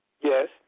Yes